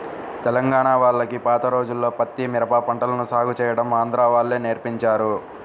తెలంగాణా వాళ్లకి పాత రోజుల్లో పత్తి, మిరప పంటలను సాగు చేయడం ఆంధ్రా వాళ్ళే నేర్పించారు